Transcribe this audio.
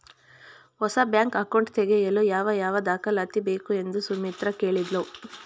ಹೊಸ bank account ತೆಗೆಯಲು ಯಾವ ಯಾವ ದಾಖಲಾತಿ ಬೇಕು ಎಂದು ಸುಮಿತ್ರ ಕೇಳಿದ್ಲು